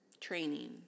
training